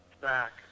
back